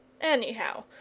Anyhow